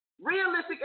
realistic